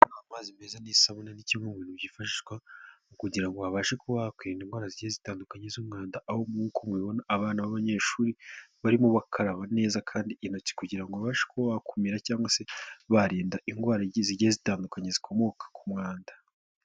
Amazi meza n'isabune ni kimwe mu bintu byifashishwa mu kugira ngo habashe kuba hakwirinda indwara zigiye zitandukanye z'umwanda, aho nkuko mubibona abana b'abanyeshuri, barimo bakaraba neza kandi intoki kugirango bashe kuba bakumira cyangwa se birinda indwara zijyiye zitandukanye zikomoka ku mwanda.